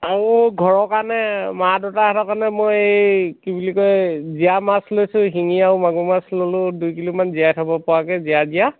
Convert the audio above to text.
আৰু ঘৰৰ কাৰণে মা দেউতাহঁতৰ কাৰণে মই এই কি বুলি কয় জীয়া মাছ লৈছোঁ শিঙি আৰু মাগুৰ মাছ ল'লো দুই কিলোমান জীয়াই থব পৰাকৈ জীয়া জীয়া